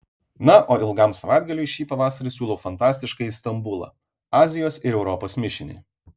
na o ilgam savaitgaliui šį pavasarį siūlau fantastiškąjį stambulą azijos ir europos mišinį